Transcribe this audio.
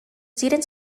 students